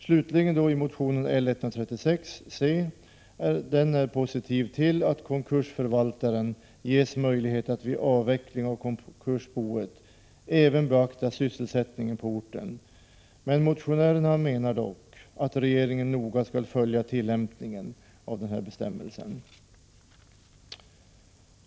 I motion L136 från centern slutligen ställer man sig positiv till att konkursförvaltaren nu ges möjlighet att vid avveckling av konkursboet även beakta sysselsättningen på orten. Motionärerna framhåller dock att regeringen noga skall följa tillämpningen av bestämmelsen.